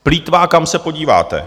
Plýtvá, kam se podíváte.